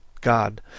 God